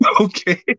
Okay